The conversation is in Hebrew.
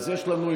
אז יש לנו,